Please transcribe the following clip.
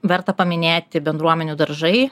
verta paminėti bendruomenių daržai